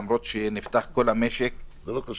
למרות שנפתח כל המשק --- זה לא קשור אליה.